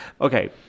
Okay